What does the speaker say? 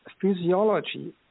physiology